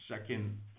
second